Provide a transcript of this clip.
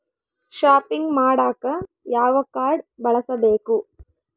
Shopping ಮಾಡಾಕ ಯಾವ card ಬಳಸಬೇಕು?